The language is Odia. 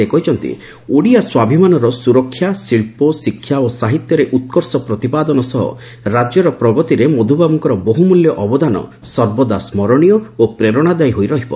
ସେ କହିଛନ୍ତି ଓଡିଆ ସ୍ୱାଭିମାନର ସୁରକ୍ଷା ଶିବ୍ବ ଶିକ୍ଷା ଓ ସାହିତ୍ୟରେ ଉକ୍ର୍ଷ ପ୍ରତିପାଦନ ସହ ରାକ୍ୟରେ ପ୍ରଗତିରେ ମଧୁବାବୁଙ୍କର ବହୁମୁଲ୍ୟ ଅବଦାନ ସର୍ବଦା ସ୍କରଶୀୟ ଓ ପ୍ରେରଣାଦାୟୀ ହୋଇ ରହିବ